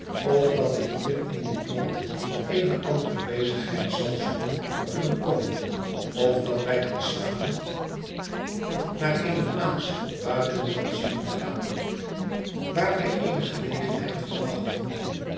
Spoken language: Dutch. of dat ik hier in dit land eene andere bezigheid zal zoeken te bekomen of dat wij te zamen naar eene plaats buitenslands zullen gaan waar mij eenegelegenheid verwacht